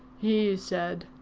he said,